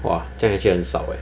!wah! 真的是很少 leh